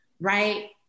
right